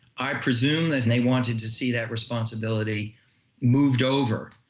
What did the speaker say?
i presume that and they wanted to see that responsibility moved over,